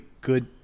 good